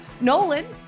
Nolan